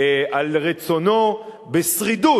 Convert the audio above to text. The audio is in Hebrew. על רצונו בשרידות,